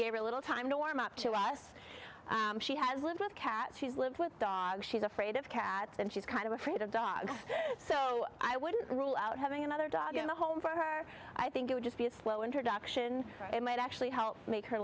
gave her a little time to warm up to us she has lived with cats she's lived with dogs she's afraid of cats and she's kind of afraid of dogs so i wouldn't rule out having another dog in the home for her i think it would just be a slow introduction it might actually make her